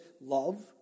love